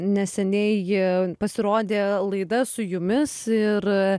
neseniai pasirodė laida su jumis ir